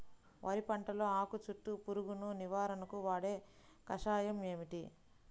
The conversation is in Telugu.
వరి పంటలో ఆకు చుట్టూ పురుగును నివారణకు వాడే కషాయం ఏమిటి?